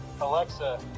Alexa